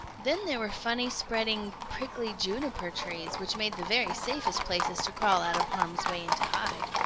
then there were funny spreading, prickly juniper-trees, which made the very safest places to crawl out of harm's way and to hide.